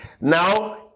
Now